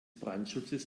brandschutzes